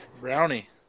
Brownie